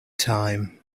time